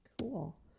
Cool